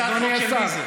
הצעת חוק של מי זה?